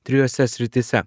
trijose srityse